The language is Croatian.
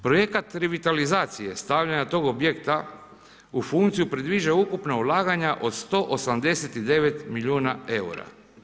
Projekat revitalizacije, stavljanje tog objekta u funkciju, predviđa ukupna ulaganja od 189 milijuna eura.